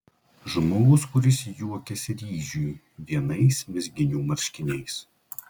žmogus kuris juokiasi ryžiui vienais mezginių marškiniais